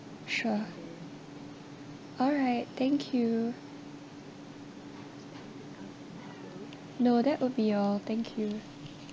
sure alright thank you no that would be all thank you